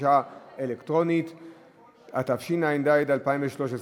התשע"ה 2014,